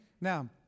Now